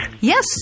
Yes